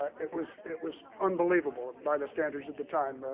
it was it was unbelievable by the standards of the time.